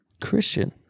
Christian